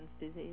disease